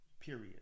period